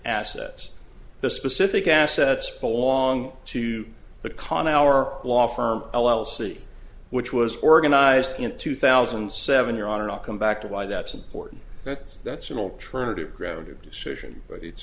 assets the specific assets belong to the con our law firm l l c which was organized in two thousand and seven your honor not come back to why that's important that's that's an alternative grounded decision but it's